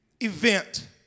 Event